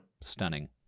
Stunning